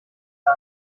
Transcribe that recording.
der